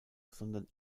sondern